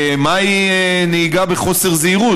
מהי נהיגה בחוסר זהירות.